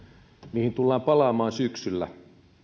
niihin tullaan palaamaan syksyllä